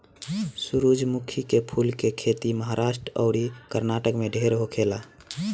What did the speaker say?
सूरजमुखी के फूल के खेती महाराष्ट्र अउरी कर्नाटक में ढेर होखेला